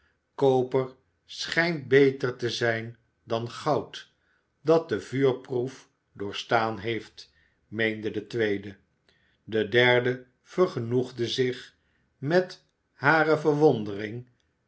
koper schijnt beter te zijn dan goud dat de vuurproef doorgestaan heeft meende de tweede de derde vergenoegde zich met hare verwondering